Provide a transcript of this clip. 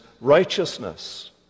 righteousness